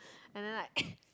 and then like